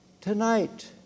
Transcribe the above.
tonight